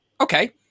okay